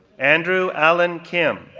andrew alan kim,